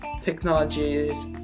technologies